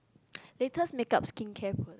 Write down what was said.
latest makeup skincare product